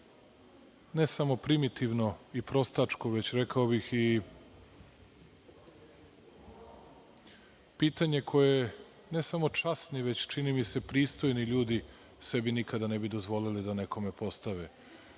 ne samo primitivno i prostačko, već rekao bih i pitanje koje ne samo časni, već čini mi se ni pristojni ljudi sebi nikada ne bi dozvolili da nekome postave,